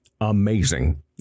Amazing